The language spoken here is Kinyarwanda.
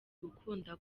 gukunda